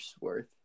worth